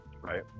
Right